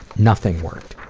nothing worked.